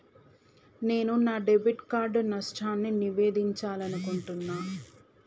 నేను నా debit card నష్టాన్ని నివేదించాలనుకుంటున్నా